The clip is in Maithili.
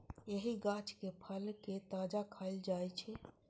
एहि गाछक फल कें ताजा खाएल जाइ छै